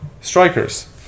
strikers